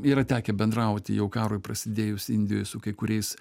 yra tekę bendrauti jau karui prasidėjus indijoj su kai kuriais